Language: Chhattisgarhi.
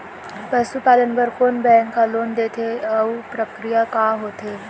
पसु पालन बर कोन बैंक ह लोन देथे अऊ प्रक्रिया का होथे?